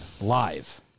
live